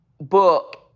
book